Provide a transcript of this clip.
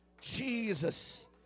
Jesus